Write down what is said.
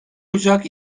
ocak